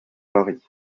pari